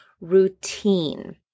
routine